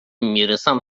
میرسم